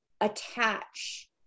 attach